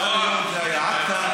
עכא.